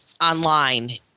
online